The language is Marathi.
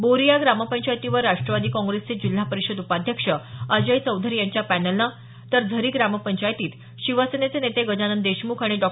बोरी या ग्रामपंचायतीवर राष्ट्रवादी काँग्रेसचे जिल्हा परिषद उपाध्यक्ष अजय चौधरी यांच्या पॅनलने तर झरी ग्रामपंचायतीत शिवसेनेचे नेते गजानन देशमुख आणि डॉ